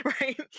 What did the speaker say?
right